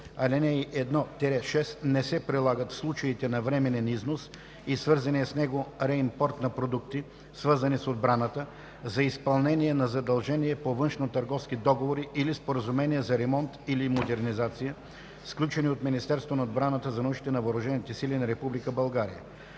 Алинеи 1 – 6 не се прилагат в случаите на временен износ и свързания с него реимпорт на продукти, свързани с отбраната, за изпълнение на задължения по външнотърговски договори или споразумения за ремонт или модернизация, сключени от Министерството на отбраната за нуждите на въоръжените сили на